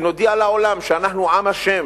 ונודיע לעולם, שאנחנו עם ה',